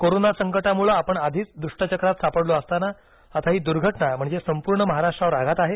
corona संकटामुळे आपण आधीच दृष्टचक्रात सापडलो असताना आता ही दुर्घटना म्हणजे संपूर्ण महाराष्ट्रावर आघात आहे